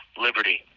liberty